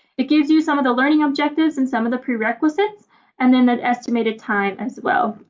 it gives you some of the learning objectives and some of the prerequisites and then that estimated time as well.